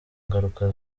ngaruka